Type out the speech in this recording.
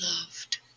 loved